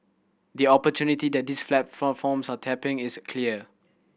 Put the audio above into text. the opportunity that these are tapping is clear